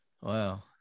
Wow